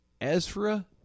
Ezra